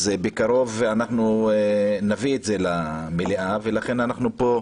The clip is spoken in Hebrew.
אז בקרוב, אנחנו נביא את זה למליאה ולכן אנחנו פה,